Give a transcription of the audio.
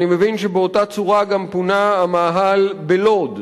אני מבין שבאותה צורה גם פונה המאהל בלוד.